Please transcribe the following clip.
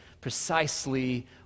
precisely